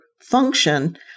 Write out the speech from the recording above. function